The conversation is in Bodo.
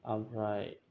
आमफ्राय